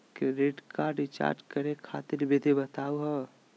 Credit card क recharge करै खातिर विधि बताहु हो?